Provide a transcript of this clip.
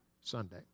Sunday